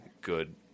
good